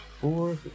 four